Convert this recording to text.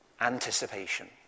anticipation